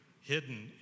hidden